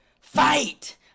Fight